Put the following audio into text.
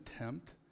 attempt